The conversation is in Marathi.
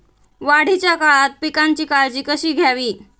वाढीच्या काळात पिकांची काळजी कशी घ्यावी?